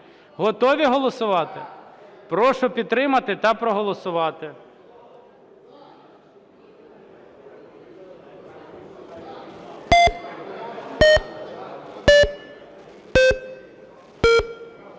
Готові голосувати? Прошу підтримати та проголосувати.